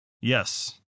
Yes